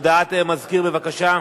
הודעת המזכיר, בבקשה.